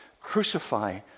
crucify